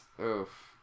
Oof